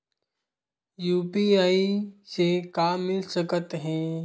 UPI से का मिल सकत हे?